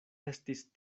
estis